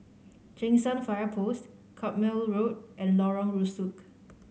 Cheng San Fire Post Carpmael Road and Lorong Rusuk